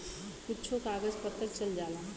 कुच्छो कागज पत्तर चल जाला